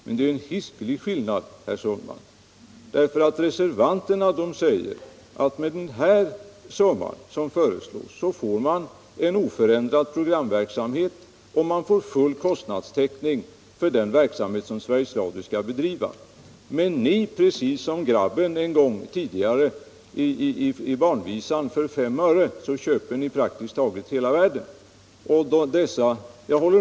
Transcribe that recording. Men det är ju en hisklig skillnad, herr Sundman, för reservanterna säger att med den summa som föreslås får man en oförändrad programverksamhet, och man får full kostnadstäckning för den verksamhet som Sveriges Radio skall bedriva. Men ni köper, precis som barnet en gång i visan, för 5 öre praktiskt taget hela världen.